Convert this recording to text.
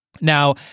Now